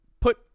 put